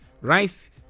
Rice